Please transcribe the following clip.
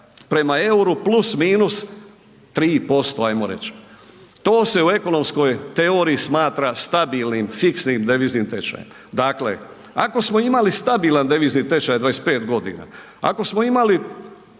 prema euru plus minus 3% ajmo reć. To se u ekonomskoj teoriji smatra stabilnim fiksnim deviznim tečajem. Dakle ako smo imali stabilan devizni tečaj 25 godina, ako smo imali